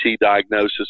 diagnosis